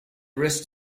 rest